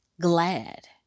glad